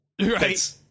Right